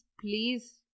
please